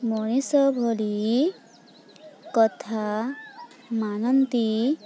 ମଣିଷ ଭଳି କଥା ମାନନ୍ତି